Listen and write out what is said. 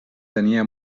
tenia